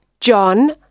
John